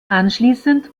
anschließend